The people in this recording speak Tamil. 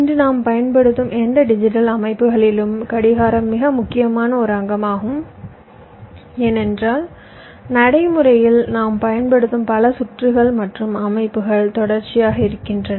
இன்று நாம் பயன்படுத்தும் எந்த டிஜிட்டல் அமைப்புகளிலும் கடிகாரம் மிக முக்கியமான ஒரு அங்கமாகும் ஏனென்றால் நடைமுறையில் நாம் பயன்படுத்தும் பல சுற்றுகள் மற்றும் அமைப்புகள் தொடர்ச்சியாக இருக்கின்றன